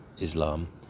Islam